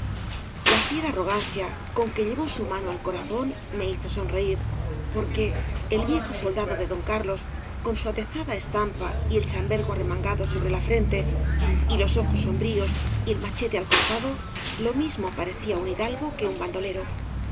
la fiera arrogancia con que llevó su mano í ag obras de valle inclan s al corazón me hizo sonreír porque el viejo soldado de don carlos con su atezada estampa y el chambergo arremangado sobre la frente y los ojos sombríos y el machete al costado lo mismo parecía un hidalgo que un bandolero